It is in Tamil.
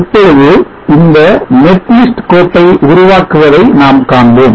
இப்பொழுது இந்த net list கோப்பை உருவாக்குவதை நாம் காண்போம்